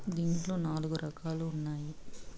దీంట్లో నాలుగు రకాలుగా ఉన్నాయి